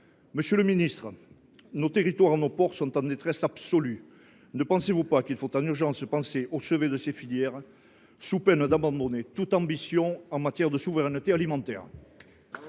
Monsieur le ministre, nos territoires et nos ports sont en détresse absolue. Ne pensez vous pas qu’il faut en urgence se pencher au chevet de ces filières, sous peine d’abandonner toute ambition en matière de souveraineté alimentaire ?